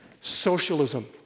Socialism